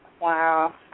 Wow